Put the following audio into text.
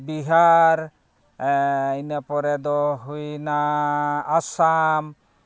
ᱵᱤᱦᱟᱨ ᱤᱱᱟᱹ ᱯᱚᱨᱮ ᱫᱚ ᱦᱩᱭᱱᱟ ᱟᱥᱟᱢ